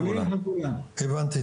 הבנתי.